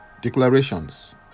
Declarations